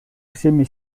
всеми